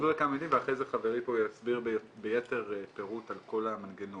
אני אומר כמה מילים ואחרי זה חברי פה יסביר ביתר פירוט על כל המנגנון.